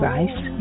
Rice